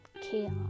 chaos